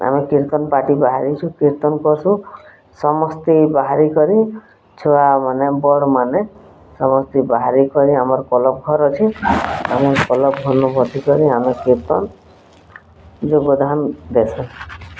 ଆମେ କୀର୍ତ୍ତନ୍ ପାର୍ଟି ବାହାରିସୁଁ କୀର୍ତ୍ତନ୍ କର୍ସୁଁ ସମସ୍ତେ ଇ ବାହାରି କରି ଛୁଆମାନେ ବଡ଼୍ମାନେ ସମସ୍ତେ ବାହାରି କରି ଆମର୍ କ୍ଲବ୍ ଘର୍ ଅଛେ ଆମର୍ କ୍ଲବ୍ ଘର୍ନୁ ବସିକରି ଆମେ କୀର୍ତ୍ତନ୍ ଯୋଗଦାନ୍ ଦେସୁଁ